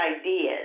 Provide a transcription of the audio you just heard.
ideas